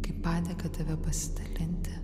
kaip padėką tave pasidalinti